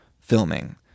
filming